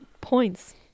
Points